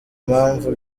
mpamvu